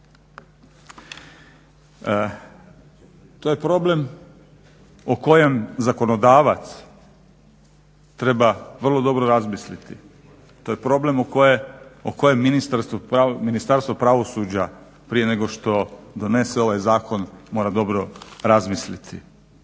To je problem o kojem zakonodavac treba vrlo dobro razmisliti. To je problem o kojem Ministarstvo pravosuđa prije nego što donese ovaj zakon mora dobro razmisliti.